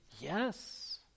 Yes